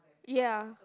ya